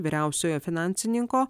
vyriausiojo finansininko